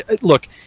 Look